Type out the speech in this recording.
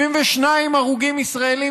72 הרוגים ישראלים,